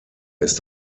ist